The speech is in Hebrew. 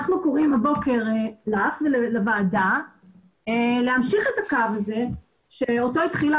אנחנו קוראים הבוקר לך ולוועדה להמשיך את הקו הזה אותו התחילה